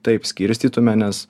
taip skirstytume nes